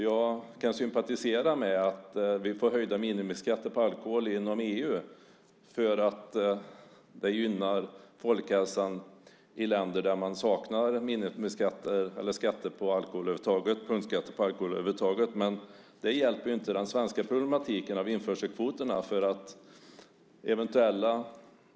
Jag kan sympatisera med att vi får höjda minimiskatter på alkohol inom EU eftersom det gynnar folkhälsan i länder där det över huvud taget saknas punktskatter på alkohol. Men det här hjälper inte det svenska problemet med införselkvoterna.